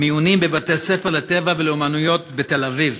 מיונים בבתי-ספר לטבע ולאמנויות בתל-אביב.